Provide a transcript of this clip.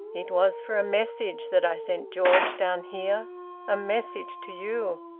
it was for a message that i sent george down here a message to you!